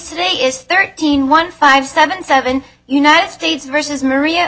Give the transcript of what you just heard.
today is thirteen one five seven seven united states versus maria